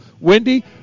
Wendy